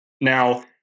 Now